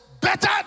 Better